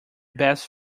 best